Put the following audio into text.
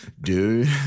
dude